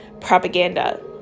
propaganda